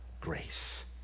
grace